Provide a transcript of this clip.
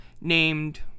named